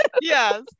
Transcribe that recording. Yes